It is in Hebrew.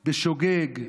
בשוגג,